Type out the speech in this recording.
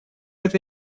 это